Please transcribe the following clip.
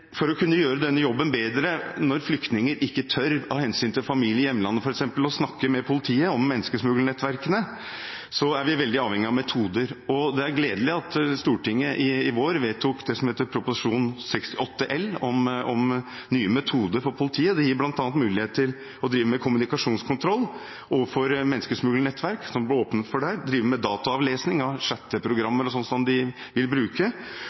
For å kunne gjøre denne jobben bedre, når flyktninger, av hensyn til familie i hjemlandet, f.eks., ikke tør å snakke med politiet om menneskesmuglernettverkene, er vi veldig avhengige av metoder. Det er gledelig at Stortinget i vår ved behandlingen av Prop. 68 L for 2015–2016 vedtok nye metoder for politiet. Det gir bl.a. mulighet til å drive med kommunikasjonskontroll overfor menneskesmuglernettverk, som det ble åpnet for der, dataavlesning av chatteprogrammer osv. og også å foreta hemmelig ransaking i tilfeller av